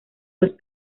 los